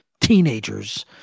teenagers